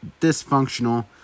dysfunctional